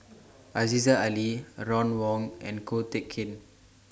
Aziza Ali Ron Wong and Ko Teck Kin